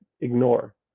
ignore